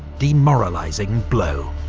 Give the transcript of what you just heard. demoralising blow.